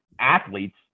athletes